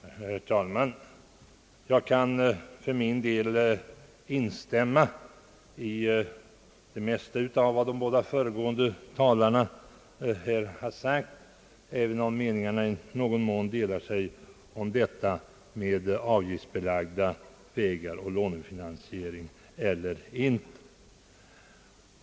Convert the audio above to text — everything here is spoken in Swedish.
Herr talman! Jag kan för min del instämma i det mesta av vad de båda föregående talarna här har sagt, även om meningarna i någon mån delar sig mellan herr Strandberg och herr Bengtson i fråga om avgiftsbeläggning av vägar och lånefinansiering eller inte.